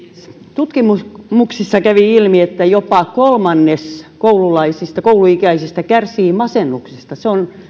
tutkimuksissa kävi ilmi että jopa kolmannes kouluikäisistä kouluikäisistä kärsii masennuksesta se on